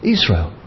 Israel